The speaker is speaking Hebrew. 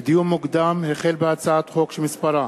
לדיון מוקדם: החל בהצעת חוק שמספרה